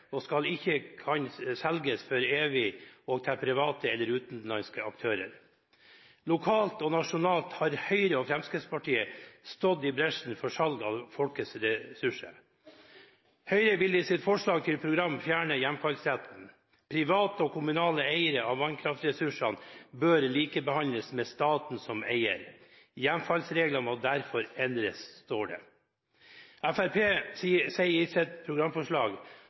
og skal ikke kunne selges for evig og til private eller utenlandske aktører. Lokalt og nasjonalt har Høyre og Fremskrittspartiet stått i bresjen for salg av folkets ressurser. Høyre vil i sitt forslag til program fjerne hjemfallsretten. Det står: «Private og kommunale eiere av vannkraftressurser bør likebehandles med staten som eier. Hjemfallsreglene må derfor endres». Fremskrittspartiet sier i sitt programforslag